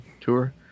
tour